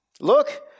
look